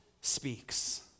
speaks